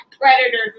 predators